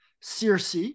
Circe